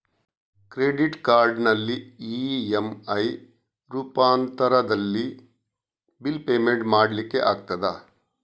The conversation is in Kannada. ಕ್ರೆಡಿಟ್ ಕಾರ್ಡಿನಲ್ಲಿ ಇ.ಎಂ.ಐ ರೂಪಾಂತರದಲ್ಲಿ ಬಿಲ್ ಪೇಮೆಂಟ್ ಮಾಡ್ಲಿಕ್ಕೆ ಆಗ್ತದ?